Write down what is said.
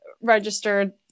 registered